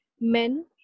men